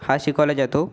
हा शिकवला जातो